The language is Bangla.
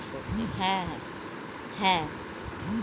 কিউকাম্বার মানে হল শসা যেটা খুবই স্বাস্থ্যকর একটি সবজি